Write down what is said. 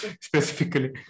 specifically